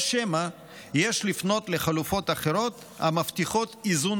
או שמא יש לפנות לחלופות אחרות המבטיחות איזון